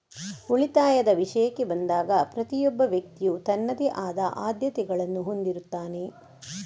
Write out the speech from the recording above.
ಉಳಿತಾಯದ ವಿಷಯಕ್ಕೆ ಬಂದಾಗ ಪ್ರತಿಯೊಬ್ಬ ವ್ಯಕ್ತಿಯು ತನ್ನದೇ ಆದ ಆದ್ಯತೆಗಳನ್ನು ಹೊಂದಿರುತ್ತಾನೆ